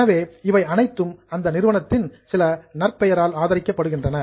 எனவே இவை அனைத்தும் அந்த நிறுவனத்தின் சில நற்பெயரால் ஆதரிக்கப்படுகின்றன